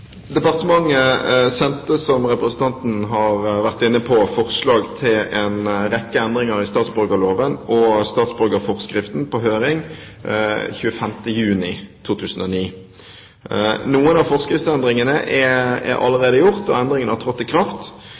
Departementet sendte, som representanten er inne på, forslag til en rekke endringer i statsborgerloven og statsborgerforskriften på høring 25. juni 2009. Noen av forskriftsendringene er allerede gjort, og endringene har trådt i kraft.